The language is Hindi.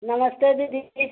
नमस्ते दीदी